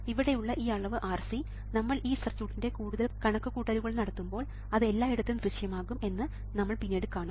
ഇവിടെയുള്ള ഈ അളവ് RC നമ്മൾ ഈ സർക്യൂട്ടിന്റെ കൂടുതൽ കണക്കുകൂട്ടലുകൾ നടത്തുമ്പോൾ അത് എല്ലായിടത്തും ദൃശ്യമാകും എന്ന് നമ്മൾ പിന്നീട് കാണും